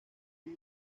uno